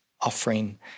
offering